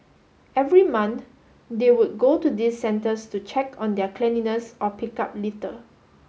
every month they would go to these centres to check on their cleanliness or pick up litter